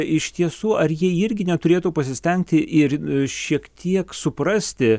iš tiesų ar jie irgi neturėtų pasistengti ir šiek tiek suprasti